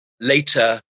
Later